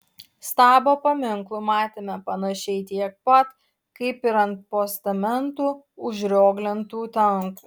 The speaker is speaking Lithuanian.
stabo paminklų matėme panašiai tiek pat kaip ir ant postamentų užrioglintų tankų